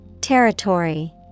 Territory